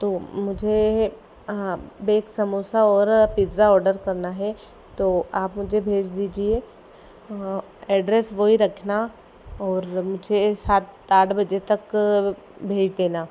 तो मुझे हाँ बेक समोसा और पिज़्ज़ा ऑडर करना हे तो आप मुझे भेज दीजिए एड्रेस वो ही रखना और मुझे सात आठ बजे तक भेज देना